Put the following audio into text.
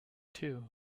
too